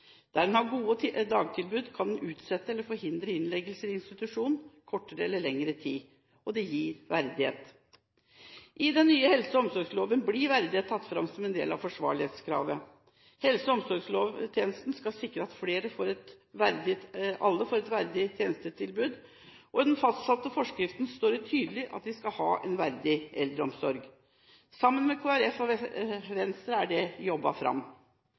Der en har gode dagtilbud, kan en utsette eller forhindre innleggelser i institusjon i kortere eller lengre tid, og det gir verdighet. I den nye helse- og omsorgstjenesteloven blir verdighet tatt fram som en del av forsvarlighetskravet. Helse- og omsorgstjenesten skal sikre at alle får et verdig tjenestetilbud, og i den fastsatte forskriften står det tydelig at vi skal ha en verdig eldreomsorg. Sammen med Kristelig Folkeparti og Venstre er dette jobbet fram.